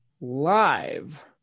live